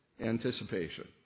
anticipation